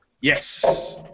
Yes